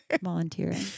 volunteering